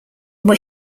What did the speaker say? were